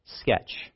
sketch